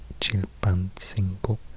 Chilpancingo